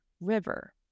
River